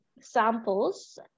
samples